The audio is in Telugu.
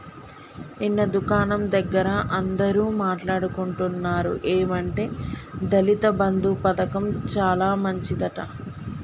నిన్న దుకాణం దగ్గర అందరూ మాట్లాడుకుంటున్నారు ఏమంటే దళిత బంధు పథకం చాలా మంచిదట